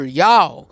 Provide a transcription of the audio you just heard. y'all